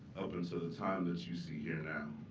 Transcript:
so the time that you see here now,